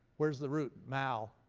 where's the root, mal?